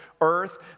earth